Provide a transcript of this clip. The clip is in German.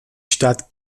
stadt